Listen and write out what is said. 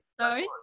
Sorry